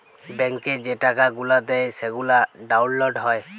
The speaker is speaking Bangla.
ব্যাংকে যে টাকা গুলা দেয় সেগলা ডাউল্লড হ্যয়